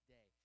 Day